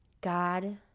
God